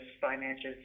finances